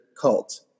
cult